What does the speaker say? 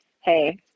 hey